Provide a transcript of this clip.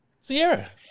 Sierra